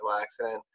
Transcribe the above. accident